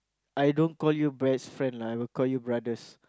I don't call you best friends lah I will call you brothers